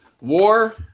war